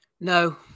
No